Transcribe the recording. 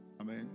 Amen